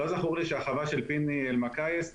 לא זכור לי שהחווה של פיני אלמקייס הוגשה.